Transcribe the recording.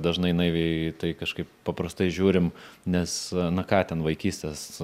dažnai naiviai į tai kažkaip paprastai žiūrim nes na ką ten vaikystės